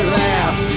laugh